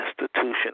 institution